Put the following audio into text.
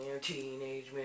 Teenage